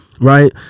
right